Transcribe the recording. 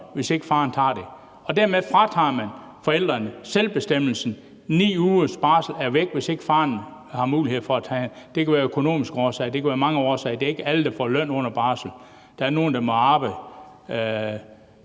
hvis ikke faren tager dem? Dermed fratager man forældrene selvbestemmelsen. 9 ugers barsel er væk, hvis ikke faren har mulighed for at tage den. Det kan være af økonomiske årsager; det kan være af mange årsager. Det er ikke alle, der får løn under barsel. Der er nogle, der må arbejde: